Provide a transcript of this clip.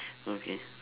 okay